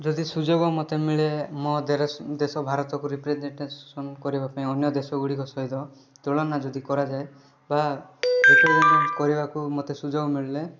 ଯଦି ସୁଯୋଗ ମୋତେ ମିଳେ ମୋ ଦେରଶ ଦେଶ ଭାରତକୁ ରିପ୍ରେଜେଣ୍ଟଟେସନ୍ କରିବାପାଇଁ ଅନ୍ୟ ଦେଶ ଗୁଡ଼ିକ ସହିତ ତୁଳନା ଯଦି କରାଯାଏ ବା ରିପ୍ରେଜେଣ୍ଟଟେସନ୍ କରିବାକୁ ମୋତେ ସୁଯୋଗ ମିଳିଲେ